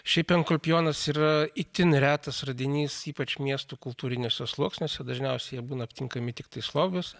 šiaip enkolpijonas yra itin retas radinys ypač miestų kultūriniuose sluoksniuose dažniausiai jie būna aptinkami tiktai sloguose